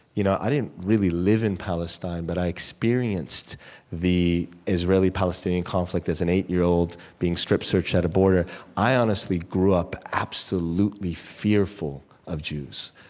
you know i didn't really live in palestine but i experienced the israeli-palestinian conflict as an eight year old being strip-searched at a border i honestly grew up absolutely fearful of jews,